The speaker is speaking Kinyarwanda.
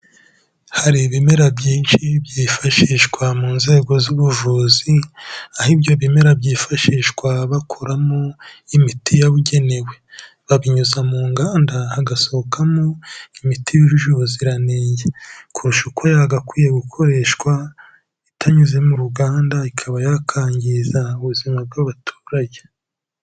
Hari ibimera byinshi byifashishwa mu nzego z'ubuvuzi, aho ibyo bimera byifashishwa bakuramo imiti yabugenewe. Babinyuza mu nganda hagasohokamo, imiti yujuje ubuziranenge. Kurusha uko yagakwiye gukoreshwa, itanyuze mu ruganda ikaba yakangiza ubuzima bw'abaturage.